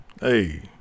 Hey